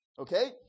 Okay